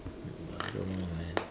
I don't know leh